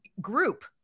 group